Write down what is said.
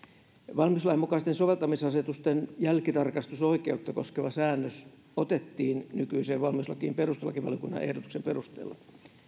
valmiuslain mukaisten soveltamisasetusten jälkitarkastusoikeutta koskeva säännös otettiin nykyiseen valmiuslakiin perustuslakivaliokunnan ehdotuksen perusteella